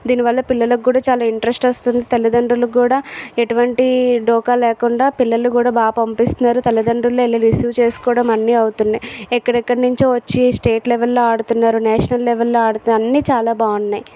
దీనివల్ల పిల్లలకు కూడా చాలా ఇంట్రెస్ట్ వస్తుంది తల్లిదండ్రులకు కూడా ఎటువంటి డోకా లేకుండా పిల్లలు కూడా బాగా పంపిస్తున్నారు తల్లితండ్రులు వెళ్ళి రిసీవ్ చేసుకోవడం అన్నీ అవుతున్నాయి ఎక్కడెక్కడ నుంచి వచ్చి స్టేట్ లెవెల్లో ఆడుతున్నారు నేషనల్ లెవెల్లో ఆడుతున్నారు అన్నీ చాలా బాగున్నాయి